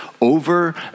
over